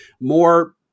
More